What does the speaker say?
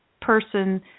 person